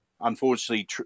Unfortunately